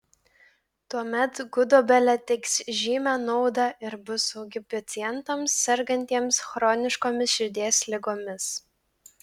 tuomet gudobelė teiks žymią naudą ir bus saugi pacientams sergantiems chroniškomis širdies ligomis